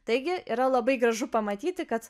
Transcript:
taigi yra labai gražu pamatyti kad